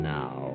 now